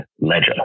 ledger